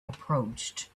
approached